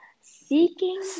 seeking